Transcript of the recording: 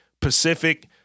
Pacific